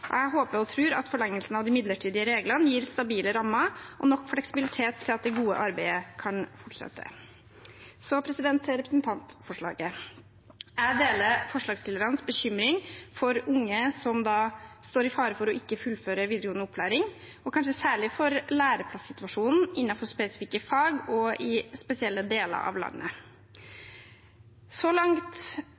Jeg håper og tror at forlengelsen av de midlertidige reglene gir stabile rammer og nok fleksibilitet til at det gode arbeidet kan fortsette. Så til representantforslaget: Jeg deler forslagsstillernes bekymring for unge som står i fare for ikke å fullføre videregående opplæring, og kanskje særlig for læreplassituasjonen innenfor spesifikke fag og i spesielle deler av landet. Så langt